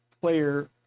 player